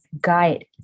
guide